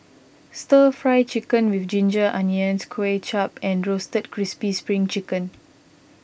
Stir Fry Chicken with Ginger Onions Kway Chap and Roasted Crispy Spring Chicken